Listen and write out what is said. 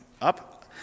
up